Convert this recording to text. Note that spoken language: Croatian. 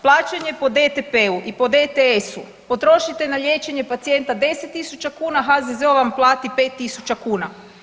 Plaćanje po DTP-u i po DTS-u potrošite na liječenje pacijenta 10.000 kuna HZZO vam plati 5.000 kuna.